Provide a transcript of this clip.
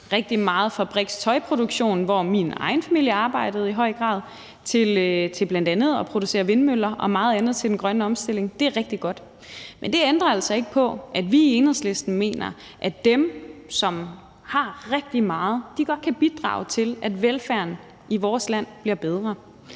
rigtig meget fra fabrikker med tøjproduktion, hvor min egen familie i høj grad arbejdede, til bl.a. at producere vindmøller og meget andet til den grønne omstilling. Det er rigtig godt. Men det ændrer altså ikke på, at vi Enhedslisten mener, at dem, som har rigtig meget, godt kan bidrage til, at velfærden i vores land bliver bedre.